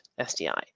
SDI